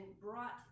brought